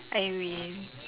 I mean